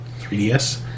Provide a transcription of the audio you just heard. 3DS